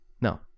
no